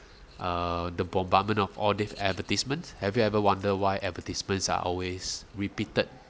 uh the bombardment of all these advertisements have you ever wonder why advertisements are always repeated